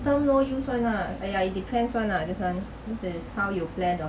term no use [one] lah !aiya! it depends [one] lah this one this is how you plan your